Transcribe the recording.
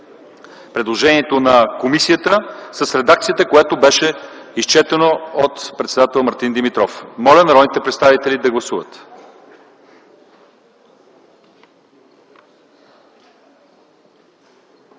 предложението на комисията в редакцията, която беше прочетена от председателя Мартин Димитров. Моля народните представители да гласуват.